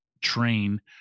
train